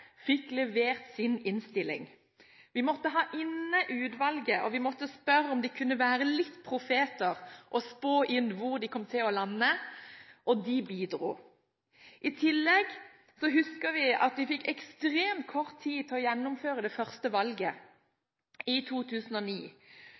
fikk levert sin innstilling. Vi måtte ha utvalget inne, og vi måtte spørre om de kunne være litt profeter og spå hvor de kom til å lande – og de bidro. I tillegg husker vi at vi fikk ekstrem kort tid til å gjennomføre det første valget